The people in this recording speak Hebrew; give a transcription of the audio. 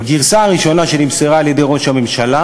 בגרסה הראשונה שנמסרה על-ידי ראש הממשלה